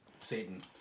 Satan